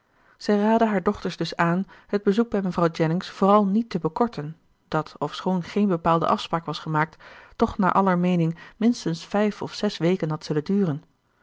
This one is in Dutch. zij raadde hare dochters dus aan het bezoek bij mevrouw jennings vooral niet te bekorten dat ofschoon geen bepaalde afspraak was gemaakt toch naar aller meening minstens vijf of zes weken had